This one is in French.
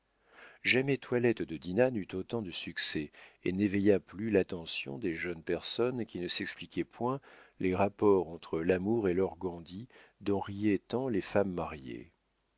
jamais toilette de dinah n'eut autant de succès et n'éveilla plus l'attention des jeunes personnes qui ne s'expliquaient point les rapports entre l'amour et l'organdi dont riaient tant les femmes mariées